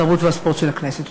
התרבות והספורט של הכנסת.